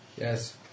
Yes